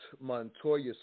Montoya